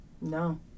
No